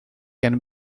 can